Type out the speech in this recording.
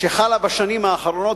שחלה בשנים האחרונות,